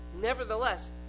Nevertheless